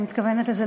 אני מתכוונת לזה,